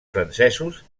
francesos